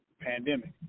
pandemic